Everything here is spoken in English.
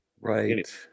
right